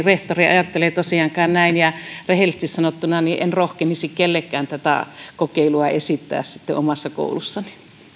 rehtori ei tosiaankaan ajattele näin rehellisesti sanottuna en rohkenisi kellekään tätä kokeilua esittää omassa koulussani